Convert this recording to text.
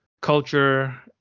culture